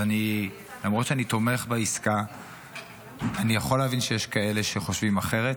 אז למרות שאני תומך בעסקה אני יכול להבין שיש כאלה שחושבים אחרת,